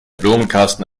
blumenkasten